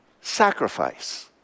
sacrifice